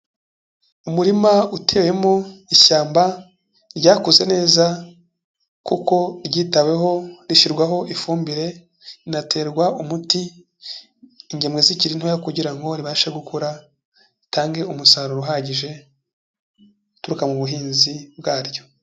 Umurima utewemo ishyamba ryakuze neza kuko ryitaweho, rishyirwaho ifumbire, rinaterwa umuti, ingemwe zikiri ntoya kugira ngo ribashe gukura, ritange umusaruro uhagije uturuka mu buhinzi bwaryo.